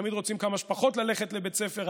תמיד רוצים כמה שפחות ללכת לבית ספר,